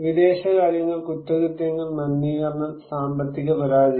വിദേശകാര്യങ്ങൾ കുറ്റകൃത്യങ്ങൾ മലിനീകരണം സാമ്പത്തിക പരാജയം